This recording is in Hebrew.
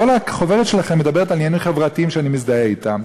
כל החוברת שלכם מדברת על עניינים חברתיים שאני מזדהה אתם,